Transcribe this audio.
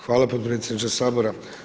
Hvala potpredsjedniče Sabora.